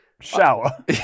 Shower